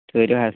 ٹھٔہرِو حظ